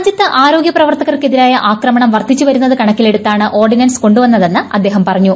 രാജ്യത്ത് ആരോഗ്യ പ്രവർത്തകർക്കെതിരായ ആക്രമണം വർധിച്ചുവരുന്നത് കണക്കിലെടുത്താണ് ഓർഡിനൻസ് കൊണ്ടുവന്നതെന്ന് അദ്ദേഹം പറഞ്ഞു